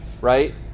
right